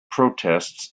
protests